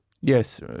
Yes